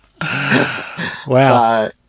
Wow